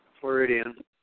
Floridian